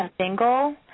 single